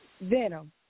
Venom